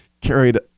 carried